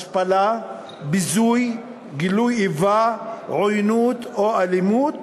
השפלה, ביזוי, גילוי איבה, עוינות או אלימות